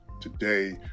Today